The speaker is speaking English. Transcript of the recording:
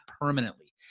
permanently